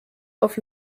auf